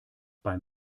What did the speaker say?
beim